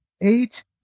eight